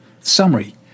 Summary